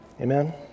Amen